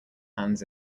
hands